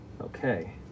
Okay